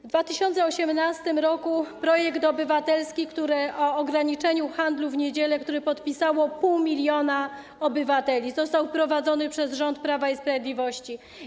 W 2018 r. projekt obywatelski o ograniczeniu handlu w niedzielę, który podpisało pół miliona obywateli, został wprowadzony przez rząd Prawa i Sprawiedliwości.